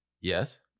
yes